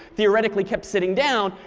theoretically kept sitting down,